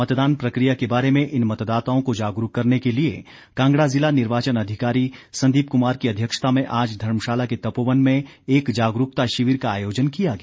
मतदान प्रक्रिया के बारे में इन मतदाताओं को जागरूक करने के लिए कांगड़ा जिला निर्वाचन अधिकारी संदीप कुमार की अध्यक्षता में आज धर्मशाला के तपोवन में एक जागरूकता शिविर का आयोजन किया गया